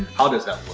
how does that